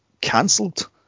cancelled